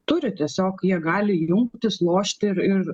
turi tiesiog jie gali jungtis lošti ir ir